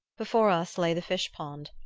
before us lay the fish-pond,